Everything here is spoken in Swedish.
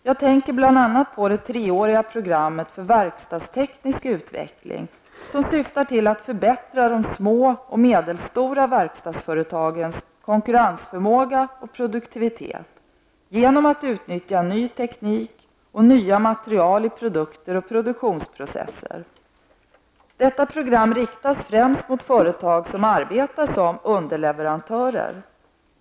Jag tänker bl.a. på det treåriga programmet för verkstadsteknisk utveckling, som syftar till att förbättra de små och medelstora verkstadsföretagens konkurrensförmåga och produktivitet genom att utnyttja ny teknik och nya material i produkter och produktionsprocesser. Detta program riktas främst mot företag som arbetar som underleverantörer.